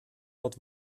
wat